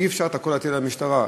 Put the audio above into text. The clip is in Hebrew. אי-אפשר את הכול להטיל על המשטרה.